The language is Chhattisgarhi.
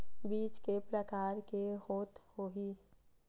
बीज के प्रकार के होत होही?